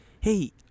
hey